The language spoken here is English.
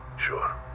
Sure